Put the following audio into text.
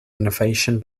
innovation